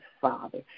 father